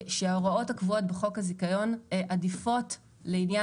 שההוראות הקבועות בחוק הזיכיון עדיפות לעניין